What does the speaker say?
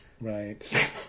Right